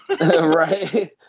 Right